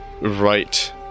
right